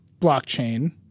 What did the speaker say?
blockchain